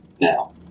now